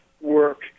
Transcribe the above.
work